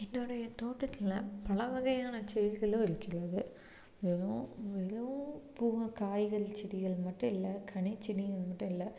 என்னோடைய தோட்டத்தில் பல வகையான செடிகளும் இருக்கிறது வெறும் மிகவும் பூவும் காய்கள் செடிகள் மட்டும் இல்லை கனி செடிகள் மட்டும் இல்லை